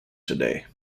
today